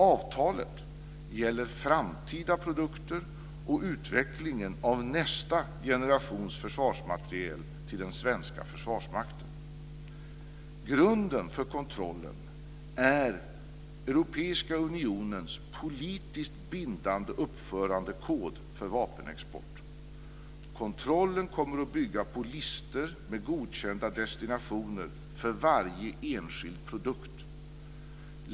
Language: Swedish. Avtalet gäller framtida produkter och utvecklingen av nästa generations försvarsmateriel till den svenska försvarsmakten. Grunden för kontrollen är Europeiska unionens politiskt bindande uppförandekod för vapenexport. Kontrollen kommer att bygga på listor med godkända destinationer för varje enskild produkt.